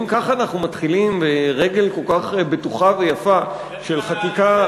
אם כך אנחנו מתחילים ברגל כל בטוחה ויפה של חקיקה,